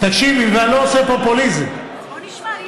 תקשיבי, ואני לא עושה פופוליזם, בוא נשמע.